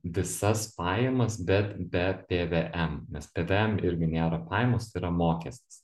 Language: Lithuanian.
visas pajamas bet be pvm nes pvm irgi nėra pajamos tai yra mokestis